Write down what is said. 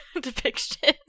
depiction